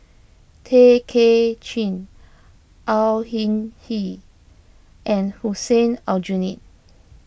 Tay Kay Chin Au Hing Yee and Hussein Aljunied